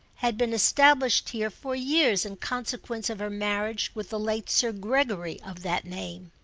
had been established here for years in consequence of her marriage with the late sir gregory of that name.